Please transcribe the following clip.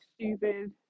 stupid